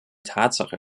tatsache